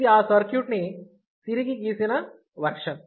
ఇది ఆ సర్క్యూట్ ని తిరిగి గీసిన రీడ్రాన్ వర్షన్